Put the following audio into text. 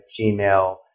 Gmail